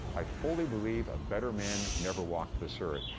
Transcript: i fully believe a better man never walked this earth.